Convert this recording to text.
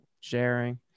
sharing